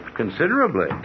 Considerably